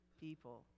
people